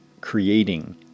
creating